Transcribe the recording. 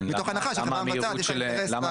מתוך הנחה שחברה מבצעת יש לה אינטרס לענות כמה שיותר מהר.